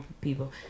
people